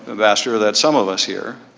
ambassador, that some of us here